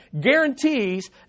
guarantees